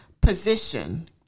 position